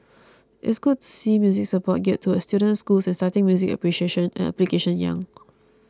it's good to see music support geared towards students and schools and starting music appreciation and application young